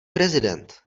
prezident